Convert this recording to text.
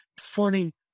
funny